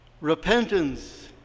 Repentance